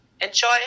Enjoy